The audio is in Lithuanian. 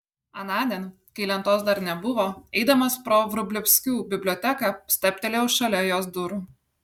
anądien kai lentos dar nebuvo eidamas pro vrublevskių biblioteką stabtelėjau šalia jos durų